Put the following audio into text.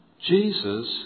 Jesus